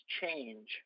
change